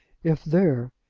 if there,